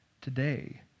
today